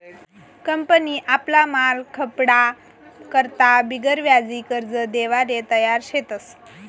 company आपला माल खपाडा करता बिगरव्याजी कर्ज देवाले तयार शेतस